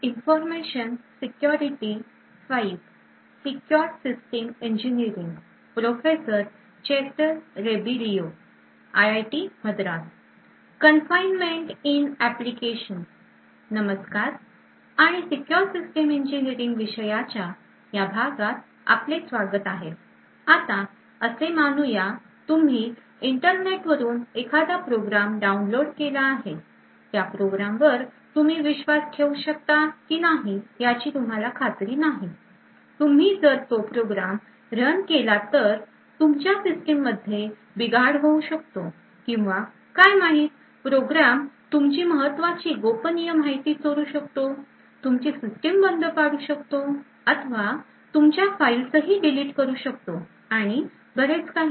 नमस्कार आणि secure system engineering विषयाच्या या भागात आपले स्वागत आहे आता आपण असे मानुया तुम्ही इंटरनेट वरून एखादा प्रोग्राम डाउनलोड केला आहे त्या प्रोग्राम वर तुम्ही विश्वास ठेऊ शकता की नाही याची तुम्हाला खात्री नाही तुम्ही जर तो प्रोग्राम रन केला तर तुमच्या सिस्टीम मध्ये बिघाड होऊ शकतो किंवा काय माहित प्रोग्राम तुमची महत्वाची गोपनीय माहिती चोरू शकतो तुमची सिस्टिम बंद पाडू शकतो अथवा तुमच्या फाइल्स ही डिलीट करू शकतो व अजून बरेच काही